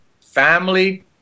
family